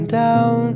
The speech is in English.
down